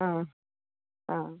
आं आं